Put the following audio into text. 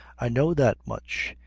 i know that much.